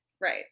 Right